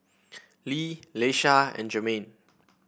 Lee Leisha and Jermain